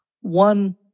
One